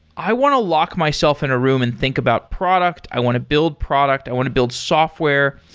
i want to lock myself in a room and think about product. i want to build product. i want to build software.